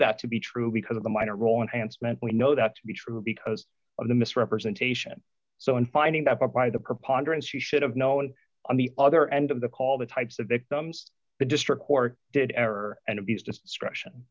that to be true because of the minor role enhanced meant we know that to be true because of the misrepresentation so in finding up by the preponderance she should have known on the other end of the call the types of victims the district court did error and abuse discretion